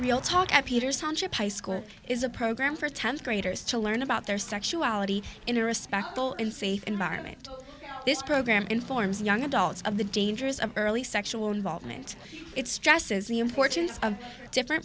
we'll talk at peters township high school is a program for tenth graders to learn about their sexuality in a respectful in safe environment this program informs young adults of the dangers of early sexual involvement it stresses the importance of different